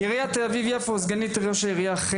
סגנית ראש העירייה,